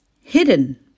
hidden